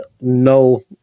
no